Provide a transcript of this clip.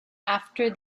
after